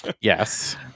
yes